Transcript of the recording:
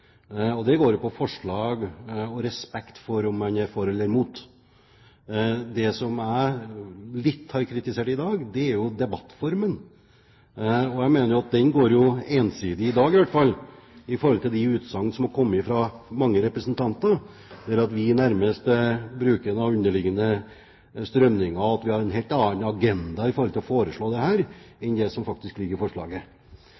forslag og respekt for at man er for eller imot. Det jeg har kritisert litt i dag, er debattformen. Jeg mener at den ensidig går på – i hvert fall når det gjelder de utsagn som har kommet fra mange representanter i dag – at det her nærmest er underliggende strømninger, og at vi har en helt annen agenda med å foreslå dette enn det som faktisk ligger i forslaget. Så vil jeg også nytte anledningen til å